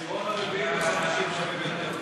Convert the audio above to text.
לא נכון, העשירון הרביעי והחמישי משלמים יותר.